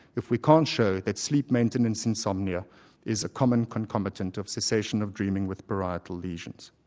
if we can't show that sleep maintenance insomnia is a common concomitant of cessation of dreaming with parietal lesions.